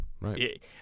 Right